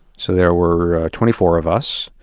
so there were twenty four of us.